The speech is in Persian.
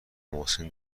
محسن